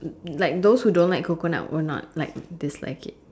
like those who don't like coconut will not like dislike it